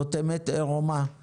זאת אמת עירומה.